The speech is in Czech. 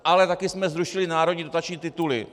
Ale taky jsme zrušili národní dotační tituly.